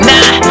Nah